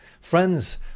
Friends